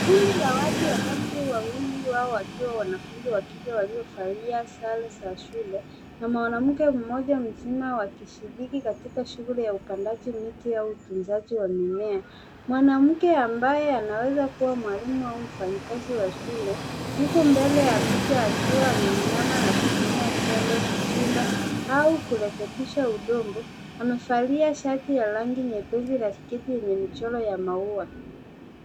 Kundi la watu watatu, wawili wao wakiwa wanafunzi wa kike waliovalia sare za shule na mwanamke mmoja mzima wakishiriki katika shughuli ya upandaji miti au utunzaji wa mimea. Mwanamke ambaye anaweza kuwa mwalimu au mfanyikazi wa shule, huku mbele ya picha akiwa ameinama na kutumia jembe kuchimba au kurekebisha udongo. Amevalia shati ya rangi nyepesi na sketi yenye michoro ya maua.